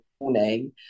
morning